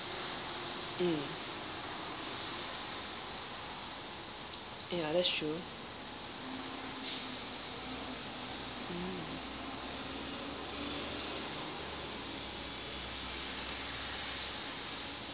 mm ya that's true